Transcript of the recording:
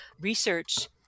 research